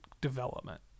development